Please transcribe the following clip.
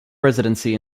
residency